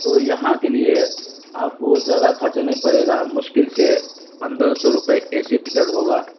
تو یہاں کے لیے آپ کو زیادہ خرچہ نہیں پڑے گا مشکل سے پندرہ سو روپے اے سی ٹکٹ ہوگا